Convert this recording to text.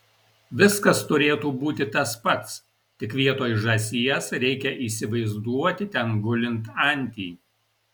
viskas turėtų būti tas pats tik vietoj žąsies reikia įsivaizduoti ten gulint antį